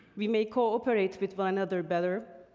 we may cooperate with one another better.